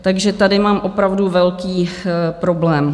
Takže tady mám opravdu velký problém.